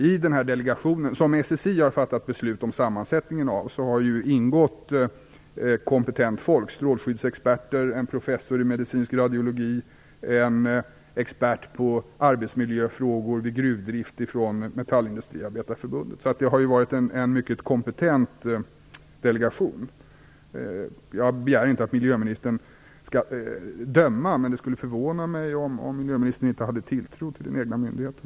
I den här delegationen, som SSI har fattat beslut om sammansättningen av, har ju ingått kompetent folk, t.ex. strålskyddsexperter, en professor i medicinsk radiologi och en expert på arbetsmiljöfrågor vid gruvdrift från Metallindustriarbetareförbundet. Det har ju varit en mycket kompetent delegation. Jag begär inte att miljöministern skall döma, men det skulle förvåna mig om miljöministern inte har tilltro till den egna myndigheten.